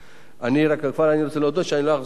אני רק רוצה להודות, כדי שאני לא אחזור עוד פעם,